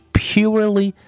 purely